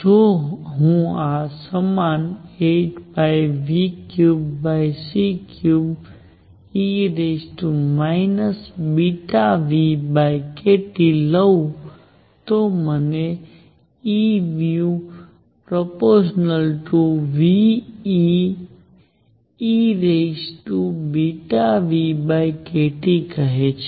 જો હું આ સમાન 8π3c3e βνkT લવ તો તે મને E∝νe βνkTકહે છે